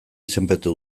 izenpetu